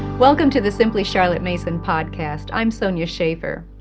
welcome to the simply charlotte mason podcast. i'm sonya shafer.